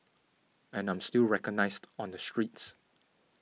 and I'm still recognised on the streets